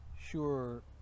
Sure